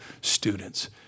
students